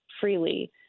freely